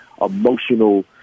emotional